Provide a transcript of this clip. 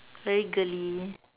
very girly